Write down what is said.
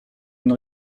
une